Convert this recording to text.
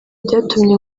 byatumye